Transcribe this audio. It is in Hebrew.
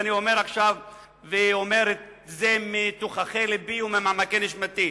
ואני אומר את זה עכשיו מתוככי לבי ומעמקי נשמתי,